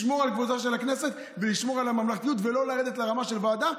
לשמור על כבודה של הכנסת ולשמור על הממלכתיות ולא לרדת לרמה של ועדה.